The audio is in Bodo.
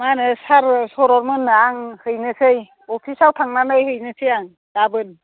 मा होनो सार सौरब मोनना आं हैनोसै अफिसाव थांनानै हैनोसै आं गाबोन